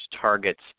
targets